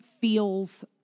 feels